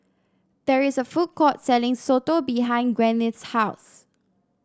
there is a food court selling soto behind Gwyneth's house